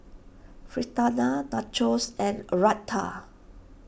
Fritada Nachos and Raita